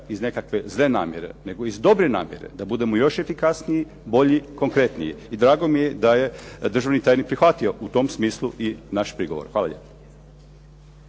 iz nekakve zle namjere, nego iz dobre namjere da budemo još efikasniji, bolji i konkretniji. I drago mi je da je državni tajnik prihvatio u tom smislu i naš prigovor. Hvala lijepa.